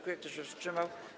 Kto się wstrzymał?